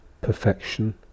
perfection